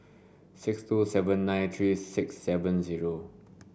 six two seven nine three six seven zero